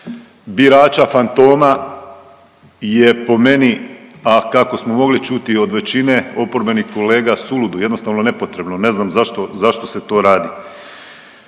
birača fantoma je po meni, a kako smo mogli čuti od većine oporbenih kolega suludo, jednostavno nepotrebno, ne znam zašto, zašto se to radi